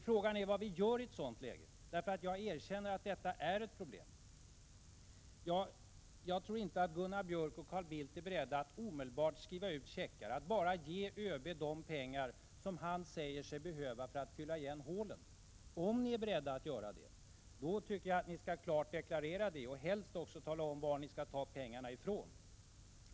Frågan är vad vi gör i ett sådant läge. Jag erkänner nämligen att detta är ett problem. Jag tror inte att Gunnar Björk och Carl Bildt är beredda att omedelbart skriva ut checkar och att bara ge ÖB de pengar som han säger sig behöva för att fylla igen hålen. Om ni är beredda att göra det, tycker jag att ni klart skall deklarera detta och helst också tala om varifrån ni skall ta pengarna.